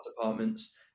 departments